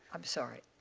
i'm sorry.